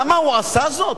למה הוא עשה זאת?